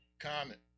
Comment